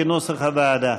כנוסח הוועדה.